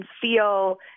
feel